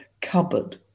cupboard